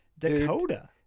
Dakota